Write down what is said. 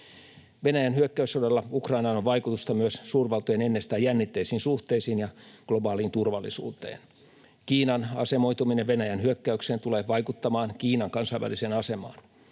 Venäjän hyökkäyssodalla Ukrainaan on vaikutusta myös suurvaltojen ennestään jännitteisiin suhteisiin ja globaaliin turvallisuuteen. Kiinan asemoituminen Venäjän hyökkäykseen tulee vaikuttamaan Kiinan kansainväliseen asemaan.